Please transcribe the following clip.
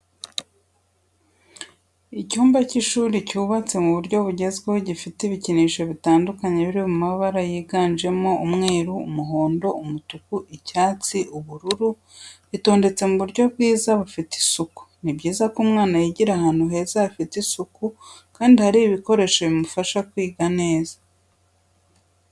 Icyumba cy'ishuri cyubatse mu buryo bugezweho gifite ibikinisho bitandukanye biri mu mabara yiganjemo umweru, umuhondo, umutuku, icyatsi, ubururu bitondetse mu buryo bwiza bufite isuku. Ni byiza ko umwana yigira ahantu heza hafite isuku kandi hari ibikoresho bimufasha kwiga neza.